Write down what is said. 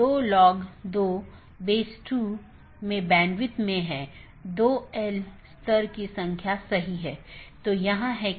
इसलिए यह महत्वपूर्ण है और मुश्किल है क्योंकि प्रत्येक AS के पास पथ मूल्यांकन के अपने स्वयं के मानदंड हैं